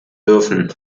dürfen